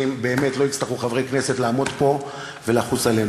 לא יצטרכו חברי כנסת לעמוד פה ולחוס עלינו.